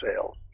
sales